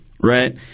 right